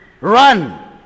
run